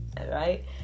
right